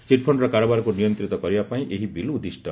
ଚିଟ୍ଫଣ୍ଡର କାରବାରକୁ ନିୟନ୍ତ୍ରିତ କରିବା ପାଇଁ ଏହି ବିଲ୍ ଉଦ୍ଦିଷ୍ଟ